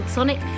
Sonic